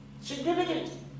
significant